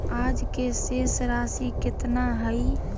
आज के शेष राशि केतना हइ?